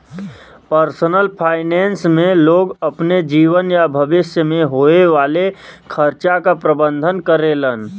personal finance में लोग अपने जीवन या भविष्य में होये वाले खर्चा क प्रबंधन करेलन